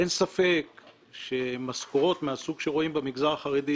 אין ספק שמשכורות מהסוג שרואים במגזר החרדי,